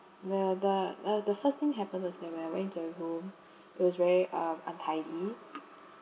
the the uh the first thing happened was that when I went into the room it was very um untidy